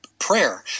prayer